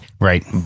Right